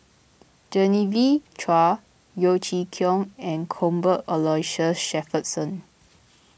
Genevieve Chua Yeo Chee Kiong and Cuthbert Aloysius Shepherdson